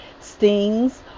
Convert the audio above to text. stings